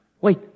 Wait